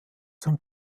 zum